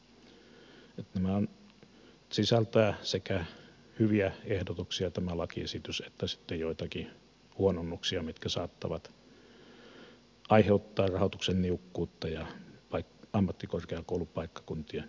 tämä lakiesitys sisältää sekä hyviä ehdotuksia että sitten joitakin huononnuksia mitkä saattavat aiheuttaa rahoituksen niukkuutta ja ammattikorkeakoulupaikkakuntien harvenemista